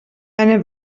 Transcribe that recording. eine